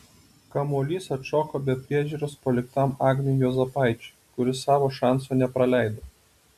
kamuolys atšoko be priežiūros paliktam agniui juozapaičiui kuris savo šanso nepraleido